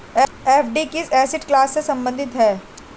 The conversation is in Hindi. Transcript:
एफ.डी किस एसेट क्लास से संबंधित है?